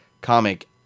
comic